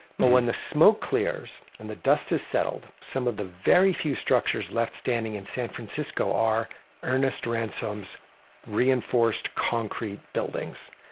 but when the smoke clears and the dust is settled, some of the very few structures left standing in san francisco are ernest ransome's reinforced concrete buildings.